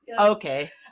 Okay